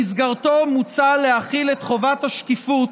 שבמסגרתו מוצע להחיל את חובת השקיפות,